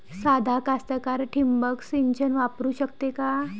सादा कास्तकार ठिंबक सिंचन वापरू शकते का?